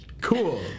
Cool